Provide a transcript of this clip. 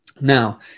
Now